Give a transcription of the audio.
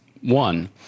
one